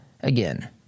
again